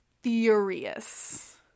furious